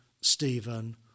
Stephen